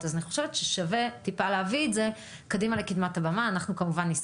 חושבת שזה גם קצת עונה לדברים שאתם העליתם קודם: למה דווקא